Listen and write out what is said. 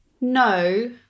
No